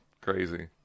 crazy